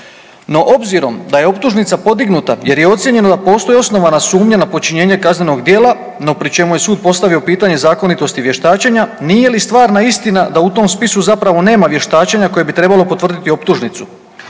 No obzirom da je optužnica podignuta jer je ocijenjeno da postoji osnovana sumnja na počinjenje kaznenog djela, no pri čemu je sud postavio pitanje zakonitosti vještačenja, nije li stvarna istina da u tom spisu zapravo nema vještačenja koje bi trebalo potvrditi optužnicu?